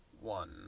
one